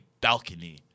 balcony